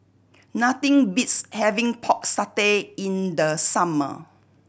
nothing beats having Pork Satay in the summer